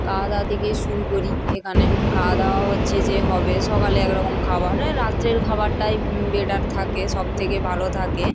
খাওয়া দাওয়া থেকে শুরু করি এখানে খাওয়া দাওয়া হচ্ছে যে হবে সকালে এক রকম খাবার আর রাত্রের খাবারটাই বেটার থাকে সব থেকে ভালো থাকে